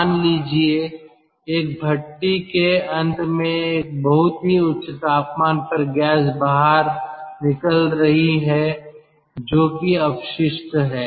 मान लीजिए एक भट्टी के अंत में एक बहुत ही उच्च तापमान पर गैस बाहर निकल रही है जो कि अपशिष्ट है